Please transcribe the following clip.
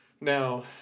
Now